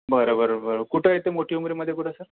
बरं बरं बरं कुठं येते मोठी उंबरीमध्ये कुठं सर